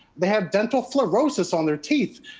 they have dental fluorosis on their teeth.